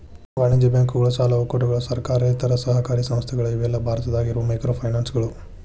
ವಾಣಿಜ್ಯ ಬ್ಯಾಂಕುಗಳ ಸಾಲ ಒಕ್ಕೂಟಗಳ ಸರ್ಕಾರೇತರ ಸಹಕಾರಿ ಸಂಸ್ಥೆಗಳ ಇವೆಲ್ಲಾ ಭಾರತದಾಗ ಇರೋ ಮೈಕ್ರೋಫೈನಾನ್ಸ್ಗಳು